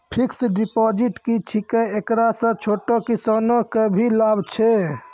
Fixed deposit की छिकै, एकरा से छोटो किसानों के की लाभ छै?